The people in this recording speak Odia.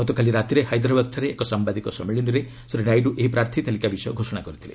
ଗତକାଲି ରାତିରେ ହାଇଦ୍ରାବାଦଠାରେ ଏକ ସାମ୍ବାଦିକ ସମ୍ମିଳନୀରେ ଶ୍ରୀ ନାଇଡୁ ଏହି ପ୍ରାର୍ଥୀତାଲିକା ବିଷୟ ଘୋଷଣା କରିଥିଲେ